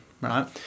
right